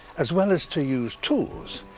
as well as to use tools,